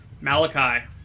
Malachi